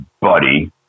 buddy